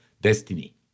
destiny